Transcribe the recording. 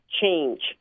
change